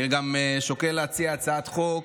אני גם שוקל להציע הצעת חוק,